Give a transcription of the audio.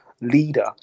leader